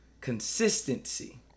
Consistency